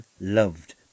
loved